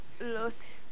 los